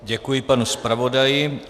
Děkuji panu zpravodaji.